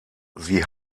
sie